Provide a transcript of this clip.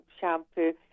Shampoo